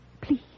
Please